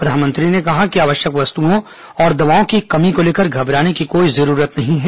प्रधानमंत्री ने कहा कि आवश्यक वस्तुओं और दवाओं की कमी को लेकर घबराने की कोई जरूरत नहीं है